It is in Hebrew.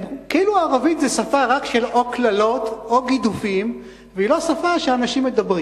כאילו ערבית היא שפה רק של קללות או גידופים והיא לא שפה שאנשים מדברים.